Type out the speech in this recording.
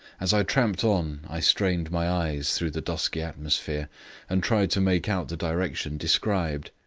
as i tramped on i strained my eyes through the dusky atmosphere and tried to make out the direction described.